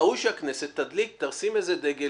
ראוי שהכנסת תשים איזה דגל